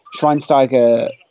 Schweinsteiger